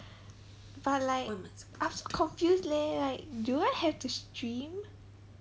but like I so confused leh like do I have to stream